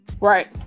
Right